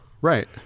Right